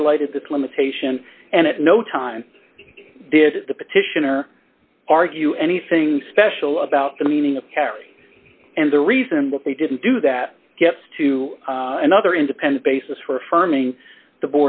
highlighted this limitation and at no time did the petitioner argue anything special about the meaning of carry and the reason that they didn't do that gets to another independent basis for affirming the